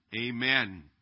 amen